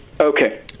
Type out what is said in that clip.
Okay